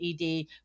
ED